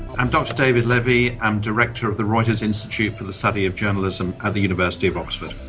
i'm dr david levy, i'm director of the reuters institute for the study of journalism at the university of oxford.